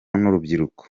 n’urubyiruko